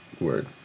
word